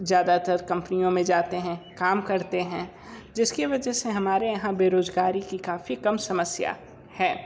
ज़्यादातर कंपनियों में जाते हैं काम करते हैं जिसके वजह से हमारे यहाँ बेरोज़गारी की काफ़ी कम समस्या है